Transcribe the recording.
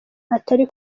atari